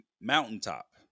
mountaintop